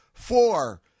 Four